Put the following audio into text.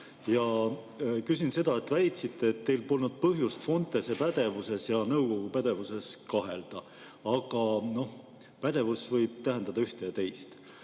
ja küsin seda, et te väitsite, et teil polnud põhjust Fontese pädevuses ja nõukogu pädevuses kahelda, aga no pädevus võib tähendada ühte ja teist.